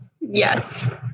Yes